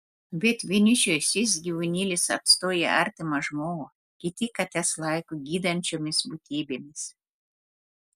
bet vienišiui šis gyvūnėlis atstoja artimą žmogų kiti kates laiko gydančiomis būtybėmis